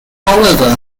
however